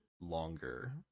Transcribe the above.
longer